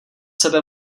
sebe